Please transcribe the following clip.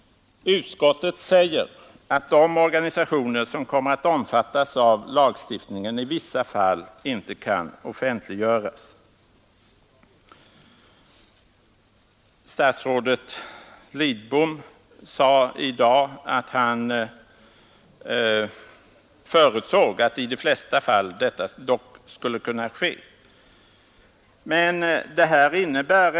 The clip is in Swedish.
Utskottet säger att de organisationer som kommer att omfattas av lagstiftningen i vissa fall inte kan offentliggöras. Statsrådet Lidbom sade tidigare i dag att han förutsåg att detta dock skulle kunna ske i de flesta fall.